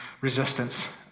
resistance